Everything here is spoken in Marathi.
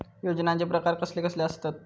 योजनांचे प्रकार कसले कसले असतत?